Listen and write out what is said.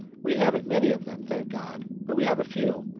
we haven't many of them, thank god! but we have a few.